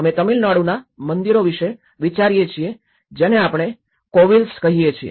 અમે તમિલનાડુના મંદિરો વિશે વિચારીએ છીએ જેને આપણે કોવિલ્સ કહીએ છીએ